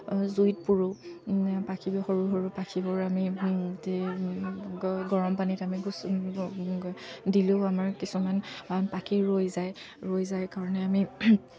জুইত পুৰোঁ পাখি সৰু সৰু পাখিবোৰ আমি গৰমপানীত আমি দিলেও আমাৰ কিছুমান পাখি ৰৈ যায় ৰৈ যায় কাৰণে আমি